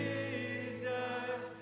Jesus